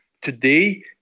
Today